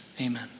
Amen